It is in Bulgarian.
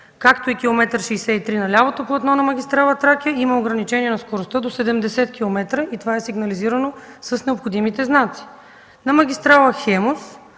както и километър 63 по лявото платно на автомагистрала „Тракия” има ограничения на скоростта до 70 км. Това е сигнализирано с необходимите знаци.